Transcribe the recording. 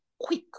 quick